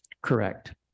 Correct